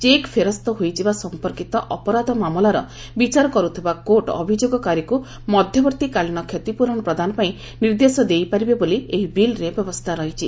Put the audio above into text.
check ଫେରସ୍ତ ହୋଇଯିବା ସମ୍ପର୍କିତ ଅପରାଧ ମାମଲାର ବିଚାର କରୁଥିବା କୋର୍ଟ ଅଭିଯୋଗକାରୀକୁ ମଧ୍ୟବର୍ତ୍ତୀକାଳୀନ କ୍ଷତିପୂରଣ ପ୍ରଦାନପାଇଁ ନିର୍ଦ୍ଦେଶ ଦେଇପାରିବେ ବୋଲି ଏହି ବିଲ୍ରେ ବ୍ୟବସ୍ଥା ରହିଛି